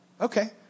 Okay